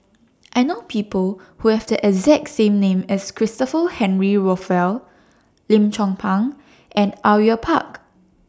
I know People Who Have The exact same name as Christopher Henry Rothwell Lim Chong Pang and Au Yue Pak